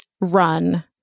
run